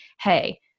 Hey